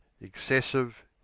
excessive